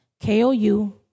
K-O-U